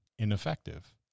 Ineffective